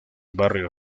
barrio